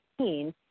15